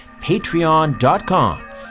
patreon.com